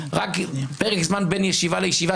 רק פרק זמן בין ישיבה לישיבה,